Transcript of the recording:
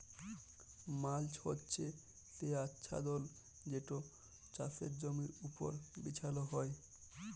mulch হছে সে আচ্ছাদল যেট চাষের জমির উপর বিছাল হ্যয়